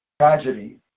tragedy